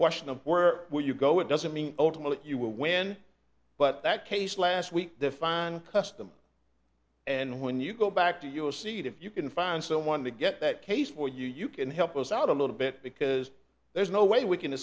question of where will you go it doesn't mean ultimately you will win but that case last week define custom and when you go back to your seat if you can find someone to get that case for you you can help us out a little bit because there's no way we can